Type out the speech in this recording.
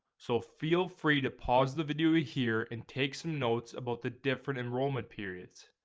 so feel free to pause the video here and take some notes about the different enrollment periods.